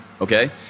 okay